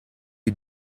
you